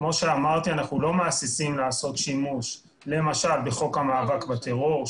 כמו שאמרתי אנחנו לא מהססים לעשות שימוש למשל בחוק המאבק בטרור,